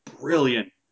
brilliant